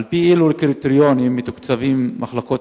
על-פי אילו קריטריונים מתוקצבות מחלקות